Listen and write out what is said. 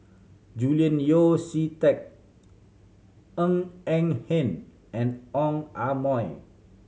Julian Yeo See Teck Ng Eng Hen and Ong Ah